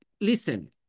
listen